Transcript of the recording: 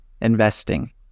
investing